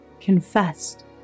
confessed